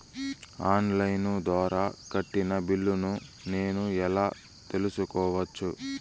On line ద్వారా కట్టిన బిల్లును నేను ఎలా తెలుసుకోవచ్చు?